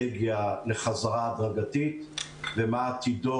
מה האסטרטגיה לחזרה הדרגתית ומה עתידה